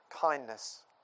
kindness